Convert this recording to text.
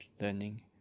learning